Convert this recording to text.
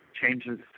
changes